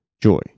joy